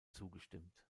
zugestimmt